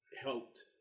helped